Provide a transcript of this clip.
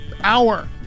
hour